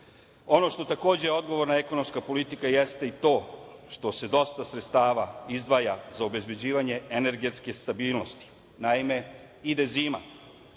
Ono što je takođe odgovorna ekonomska politika jeste i to što se dosta sredstava izdvaja za obezbeđivanje energetske stabilnosti. Naime, ide zima,